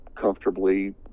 comfortably